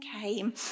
came